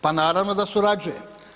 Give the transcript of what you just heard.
Pa naravno da surađuje.